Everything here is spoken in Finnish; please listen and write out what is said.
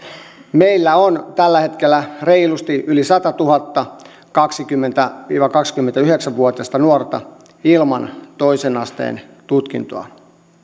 meillä on tällä hetkellä reilusti yli satatuhatta kaksikymmentä viiva kaksikymmentäyhdeksän vuotiasta nuorta ilman toisen asteen tutkintoa